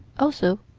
also,